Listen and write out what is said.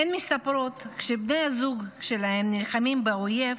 הן מספרות שכאשר בני הזוג שלהן נלחמים באויב,